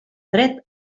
dret